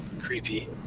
creepy